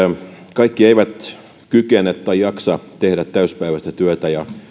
kaikki eivät kykene tekemään tai eivät jaksa tehdä täyspäiväistä työtä ja